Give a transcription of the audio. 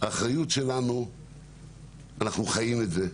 אנחנו חיים את זה,